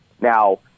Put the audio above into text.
Now